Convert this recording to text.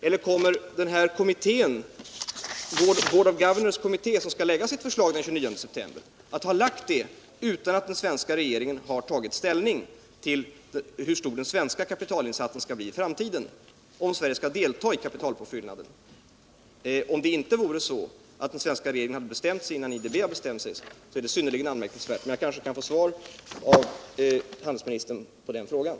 Eller kommer Gordon Governors kommitté, som skall lägga sitt förslag den 29 september, att ha lagt det utan att den svenska regeringen har tagit ställning tull hur stor den svenska kapitalinsatsen skall bli i framtiden och om Sverige skall delta i kapitalpåfyllnaden? Om den svenska regeringen inte har bestämt sig innan IDB har gjort det är det synnerligen anmärkningsvärt. Jag kanske kan få svar av handelsministern på den frågan.